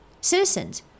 citizens